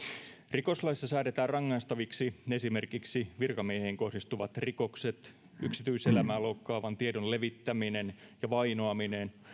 rikoslaissa säädetään rangaistaviksi esimerkiksi virkamiehiin kohdistuvat rikokset yksityiselämää loukkaavan tiedon levittäminen ja vainoaminen